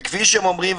וכפי שהם אומרים,